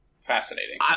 Fascinating